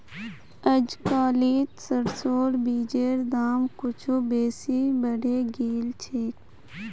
अजकालित सरसोर बीजेर दाम कुछू बेसी बढ़े गेल छेक